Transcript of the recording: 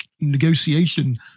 negotiation